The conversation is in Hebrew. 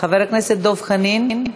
חבר הכנסת דב חנין,